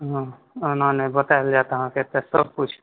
हँ आना नहि बतायल जायत अहाँके एतय सब किछु